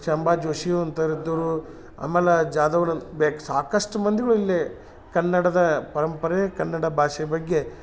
ಶಂಬ ಜೋಶಿಯು ಅಂತೋರಿದ್ದೊರು ಆಮ್ಯಾಲ ಜಾದುರನ್ ಬೇಕು ಸಾಕಷ್ಟು ಮಂದಿಗಳು ಇಲ್ಲಿ ಕನ್ನಡದ ಪರಂಪರೆ ಕನ್ನಡ ಭಾಷೆ ಬಗ್ಗೆ